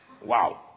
Wow